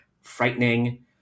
frightening